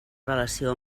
relació